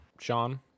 Sean